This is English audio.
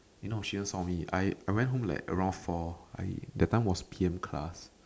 eh no she didn't saw me I I went home like around four I that time was P_M class